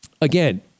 Again